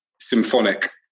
symphonic